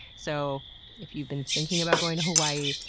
so if you've been thinking about going to hawaii,